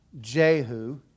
Jehu